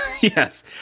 yes